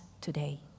today